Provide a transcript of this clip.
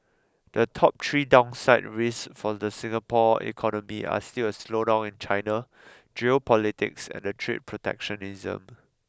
the top three downside risks for the Singapore economy are still a slowdown in China geopolitics and trade protectionism